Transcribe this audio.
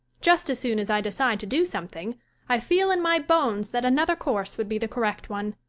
just as soon as i decide to do something i feel in my bones that another course would be the correct one.